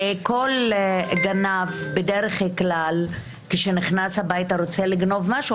הרי כל גנב בדרך כלל כשהוא נכנס הביתה והוא רוצה לגנוב משהו,